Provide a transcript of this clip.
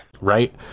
Right